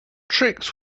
tricks